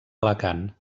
alacant